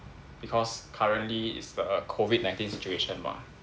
because currently is the COVID nineteen situation mah